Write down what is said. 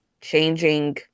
changing